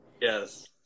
Yes